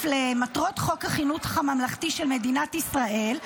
למטרות חוק החינוך הממלכתי של מדינת ישראל,